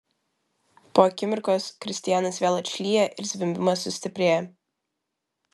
po akimirkos kristianas vėl atšlyja ir zvimbimas sustiprėja